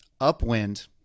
upwind